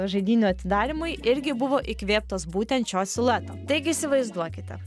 žaidynių atidarymui irgi buvo įkvėptos būtent šio silueto taigi įsivaizduokite